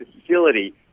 facility